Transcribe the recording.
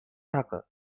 tucker